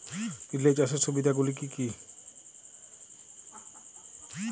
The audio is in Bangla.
রিলে চাষের সুবিধা গুলি কি কি?